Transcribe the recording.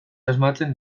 asmatzen